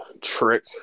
trick